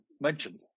mentioned